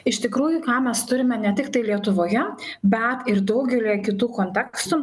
iš tikrųjų ką mes turime ne tiktai lietuvoje bet ir daugelyje kitų kontekstų